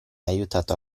aiutato